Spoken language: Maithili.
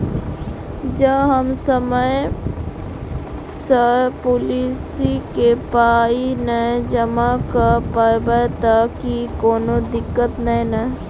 जँ हम समय सअ पोलिसी केँ पाई नै जमा कऽ पायब तऽ की कोनो दिक्कत नै नै?